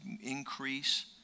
increase